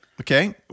Okay